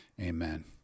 Amen